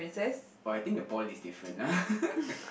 oh I think the ball is different